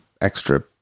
extra